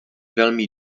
velmi